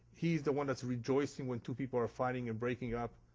he's the one that's rejoicing when two people are fighting and breaking up.